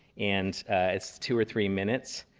and it's two or three minutes.